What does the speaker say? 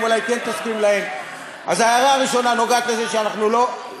טוב, תנו לו לסיים, תנו לו לסיים, נו.